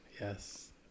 Yes